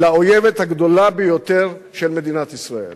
לאויבת הגדולה ביותר של מדינת ישראל.